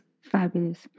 fabulous